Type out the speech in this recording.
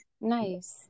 Nice